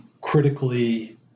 critically